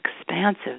expansive